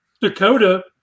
Dakota